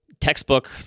textbook